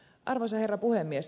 arvoisa herra puhemies